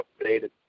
updated